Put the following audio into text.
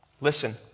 Listen